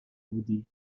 بودی